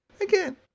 again